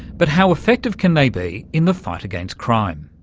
but how effective can they be in the fight against crime?